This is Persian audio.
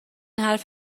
حرف